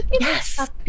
yes